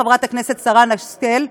חברת הכנסת שרן השכל,